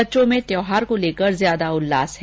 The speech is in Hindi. बच्चों में इस त्योहार को लेकर ज्यादा उल्लास है